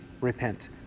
repent